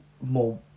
more